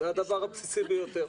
זה הדבר הבסיסי ביותר.